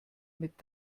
mit